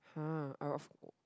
!huh! I got